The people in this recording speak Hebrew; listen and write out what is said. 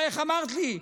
איך אמרת לי?